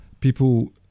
people